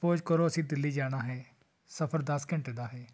suppose ਕਰੋ ਅਸੀਂ ਦਿੱਲੀ ਜਾਣਾ ਹੈ ਸਫ਼ਰ ਦਸ ਘੰਟੇ ਦਾ ਹੈ